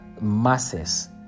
masses